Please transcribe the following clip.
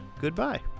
goodbye